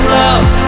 love